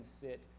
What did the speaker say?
sit